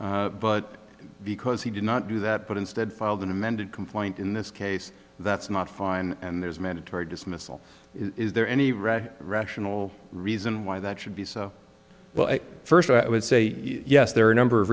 fine but because he did not do that but instead filed an amended complaint in this case that's not fine and there's mandatory dismissal is there any red rational reason why that should be so well first i would say yes there are a number of